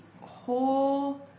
whole